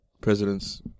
presidents